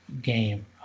game